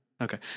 Okay